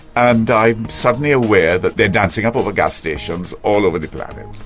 and i'm suddenly aware that they're dancing up all the gas stations all over the planet.